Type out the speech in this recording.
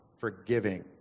forgiving